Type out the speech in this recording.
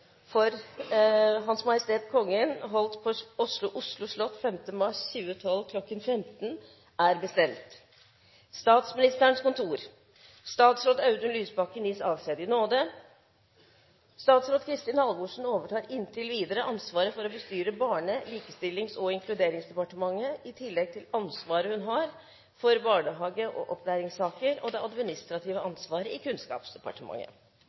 for H.M. Kongen holdt på Oslo slott 5. mars 2012 kl. 15.00 er bestemt: Statsministerens kontor Statsråd Audun Lysbakken gis avskjed i nåde. Statsråd Kristin Halvorsen overtar inntil videre ansvaret for å bestyre Barne-, likestillings- og inkluderingsdepartementet, i tillegg til ansvaret hun har for barnehage- og opplæringssaker og det administrative ansvaret i Kunnskapsdepartementet.